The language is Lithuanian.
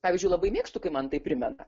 pavyzdžiui labai mėgstu kai man tai primena